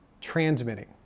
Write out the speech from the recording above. transmitting